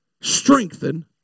strengthen